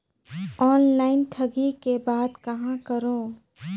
Online ठगी के बाद कहां करों?